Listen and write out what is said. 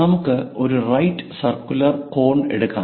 നമുക്ക് ഒരു right circular cone എടുക്കാം